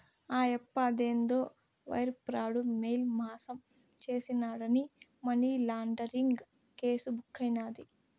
ఆయప్ప అదేందో wire fraud, mail మాసం చేసినాడాని మనీలాండరీంగ్ కేసు బుక్కైనాది